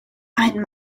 ein